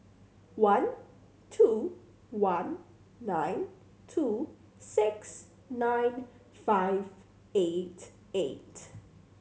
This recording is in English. one two one nine two six nine five eight eight